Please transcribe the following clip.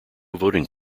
voting